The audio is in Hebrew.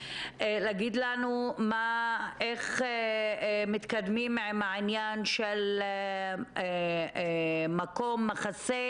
להגיד לנו איך מתקדמים עם העניין של מקום מחסה